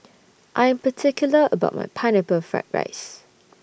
I Am particular about My Pineapple Fried Rice